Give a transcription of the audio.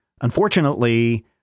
unfortunately